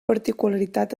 particularitat